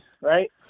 right